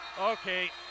Okay